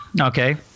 okay